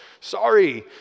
Sorry